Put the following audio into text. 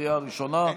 לקריאה הראשונה,